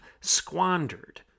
squandered